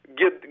get